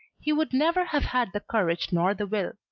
he would never have had the courage nor the will.